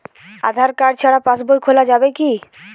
আধার card ছাড়া কি passbook খোলা যাবে কি?